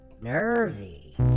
Nervy